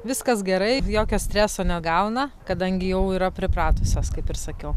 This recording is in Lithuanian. viskas gerai jokio streso negauna kadangi jau yra pripratusios kaip ir sakiau